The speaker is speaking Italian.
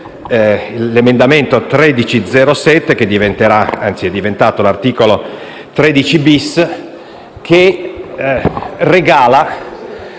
l'emendamento 13.0.7, poi diventato l'articolo 13-*bis*, che regala